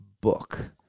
book